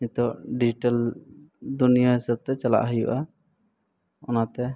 ᱱᱤᱛᱚᱜ ᱰᱤᱡᱤᱴᱟᱞ ᱫᱩᱱᱤᱭᱟᱹ ᱦᱤᱥᱟᱹᱵᱛᱮ ᱪᱟᱞᱟᱜ ᱦᱩᱭᱩᱜᱼᱟ ᱚᱱᱟᱛᱮ